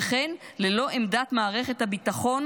וכן ללא עמדת מערכת הביטחון